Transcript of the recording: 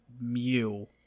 Mew